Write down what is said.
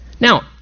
Now